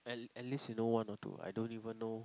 at at least you know one or two